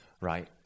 right